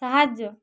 সাহায্য